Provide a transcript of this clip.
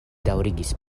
daŭrigis